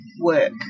work